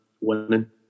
Winning